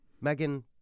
Megan